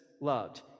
loved